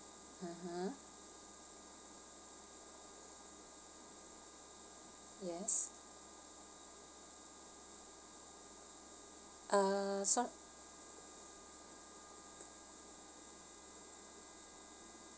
mmhmm yes uh sor~